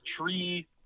tree